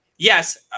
Yes